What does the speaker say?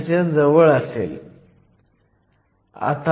EFi हे अंतराच्या मध्यभागी आहे म्हणजे 0